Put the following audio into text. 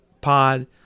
pod